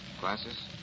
Glasses